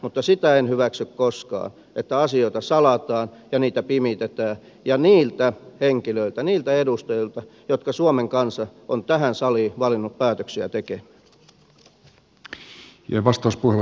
mutta sitä en hyväksy koskaan että asioita salataan ja niitä pimitetään niiltä henkilöiltä niiltä edustajilta jotka suomen kansa on tähän saliin valinnut päätöksiä tekemään